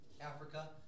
Africa